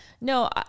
No